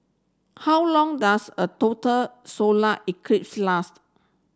how long does a total solar eclipse last